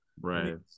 right